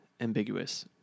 ambiguous